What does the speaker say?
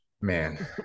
Man